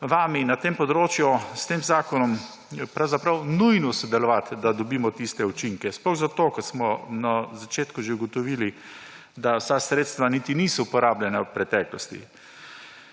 vami na tem področju s tem zakonom pravzaprav nujno sodelovati, da dobimo tiste učinke. Sploh zato, kot smo na začetku že ugotovili, ker vsa sredstva niti niso bila porabljena v preteklosti.